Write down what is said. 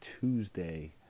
Tuesday